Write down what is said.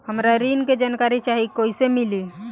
हमरा ऋण के जानकारी चाही कइसे मिली?